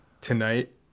Tonight